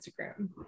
Instagram